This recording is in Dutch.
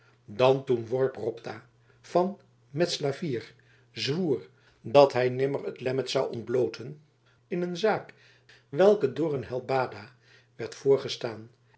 dan toen worp ropta van metslavier zwoer dat hij nimmer het lemmer zou ontblooten in een zaak welke door een helbada werd voorgestaan